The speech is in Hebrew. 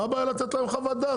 מה הבעיה לתת להם חוות דעת,